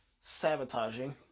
sabotaging